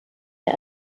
der